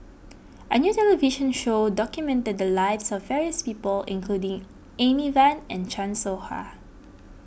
a new television show documented the lives of various people including Amy Van and Chan Soh Ha